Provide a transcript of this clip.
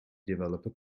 developer